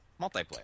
multiplayer